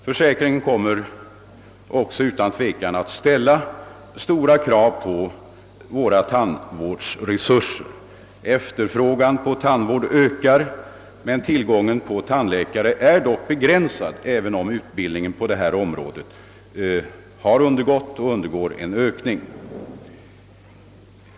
Försäkringen kommer utan tvivel även att ställa stora krav på våra tandvårdsresurser. Efterfrågan på tandvård stegras, men tillgången på tandläkare är begränsad, även om utbildningen på detta område har undergått och undergår en ökning.